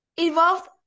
evolved